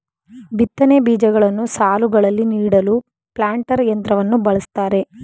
ಬಿತ್ತನೆ ಬೀಜಗಳನ್ನು ಸಾಲುಗಳಲ್ಲಿ ನೀಡಲು ಪ್ಲಾಂಟರ್ ಯಂತ್ರವನ್ನು ಬಳ್ಸತ್ತರೆ